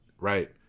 Right